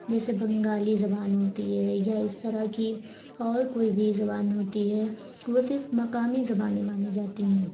جیسے بنگالی زبان ہوتی ہے یا اس طرح کی اور كوئی بھی زبان ہوتی ہے وہ صرف مقامی زبانیں مانی جاتی ہیں